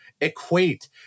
equate